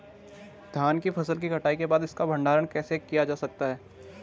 धान की फसल की कटाई के बाद इसका भंडारण कैसे किया जा सकता है?